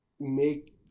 make